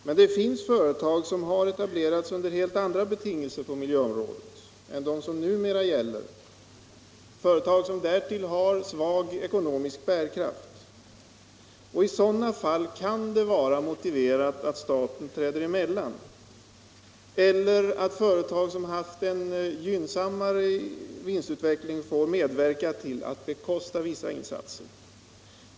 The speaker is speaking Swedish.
Men det finns företag som har etablerats under helt andra betingelser på miljöområdet än de som nu gäller, företag som därtill har svag ekonomisk bärkraft, och i sådana fall kan det vara motiverat att staten träder emellan, eller att företag som haft en gynnsam vinstutveckling får medverka till att bekosta vissa insatser.